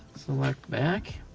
select back.